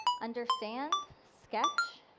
understand, sketch,